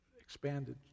expanded